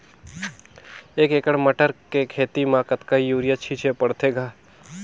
एक एकड़ मटर के खेती म कतका युरिया छीचे पढ़थे ग?